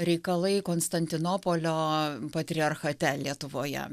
reikalai konstantinopolio patriarchate lietuvoje